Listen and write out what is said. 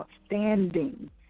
outstanding